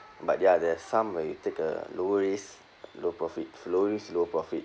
but there are there's some where you take a lower risk low profit low risk low profit